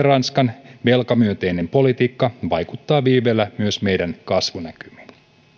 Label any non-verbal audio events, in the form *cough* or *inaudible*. *unintelligible* ranskan velkamyönteinen politiikka vaikuttavat viiveellä myös meidän kasvunäkymiimme